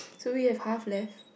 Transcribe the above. do we have half left